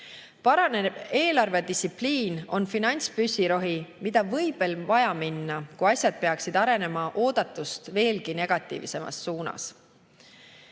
Paranev eelarvedistsipliin on finantspüssirohi, mida võib vaja minna, kui asjad peaksid arenema oodatust veelgi negatiivsemas suunas.